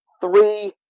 three